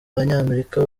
abanyamerika